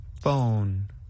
Phone